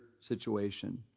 situation